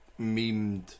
memed